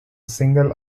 single